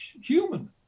human